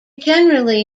generally